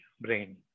brain